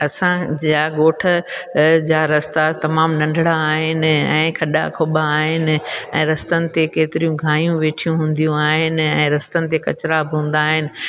असांजे या ॻोठ जा रस्ता तमामु नंढिणा आहिनि ऐं खॾा खुबा आहिनि ऐं रस्तनि ते केतिरियूं गायूं वेठियूं हूंदियूं आहिनि ऐं रस्तनि ते कचिरा बि हूंदा आहिनि